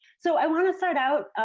so i wanna start out.